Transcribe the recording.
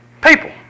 People